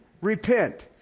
repent